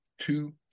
two